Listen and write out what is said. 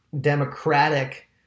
democratic